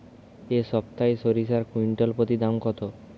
এই সপ্তাহে সরিষার কুইন্টাল প্রতি দাম কত?